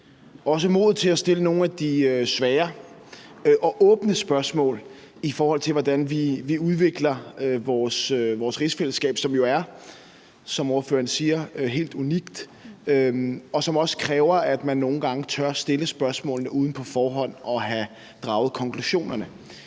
for modet til at stille nogle af de svære og åbne spørgsmål, i forhold til hvordan vi udvikler vores rigsfællesskab, som jo er, som ordføreren siger, helt unikt, og det kræver også, at man nogle gange tør stille spørgsmålene uden på forhånd at have draget konklusionerne.